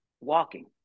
walking